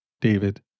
David